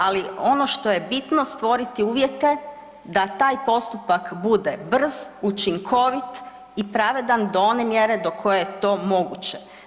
Ali ono što je bitno stvoriti uvjete da taj postupak bude brz, učinkovit i pravedan do one mjere do koje je to moguće.